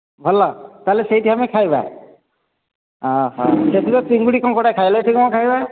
ଭଲ ତାହେଲେ ସେଇଠି ଆମେ ଖାଇବା ସେଠି ତ ଚିଙ୍ଗୁଡ଼ି କଙ୍କଡ଼ା ଖାଇଲେ ଏଠି କ'ଣ ଖାଇବା